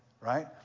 right